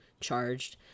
charged